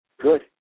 good